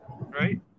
right